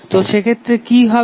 তো সেক্ষেত্রে কি হবে